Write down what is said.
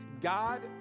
God